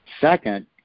Second